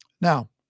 Now